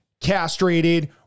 castrated